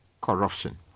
corruption